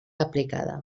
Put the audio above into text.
aplicada